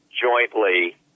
jointly